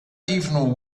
even